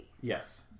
Yes